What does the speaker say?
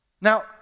Now